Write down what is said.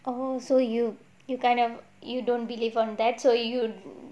oh so you you kind of you don't believe on that so you